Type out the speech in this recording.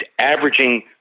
averaging